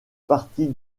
partie